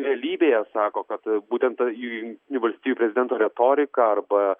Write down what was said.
realybėje sako kad būtent ta jungtinių valstijų prezidento retorika arba